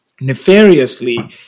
nefariously